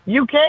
UK